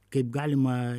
kaip galima